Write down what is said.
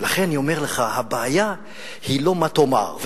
לכן אני אומר לך שהבעיה היא לא מה תאמר,